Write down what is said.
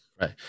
Right